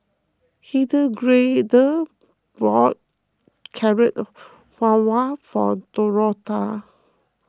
Hildegarde bought Carrot Halwa for Dorotha